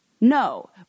No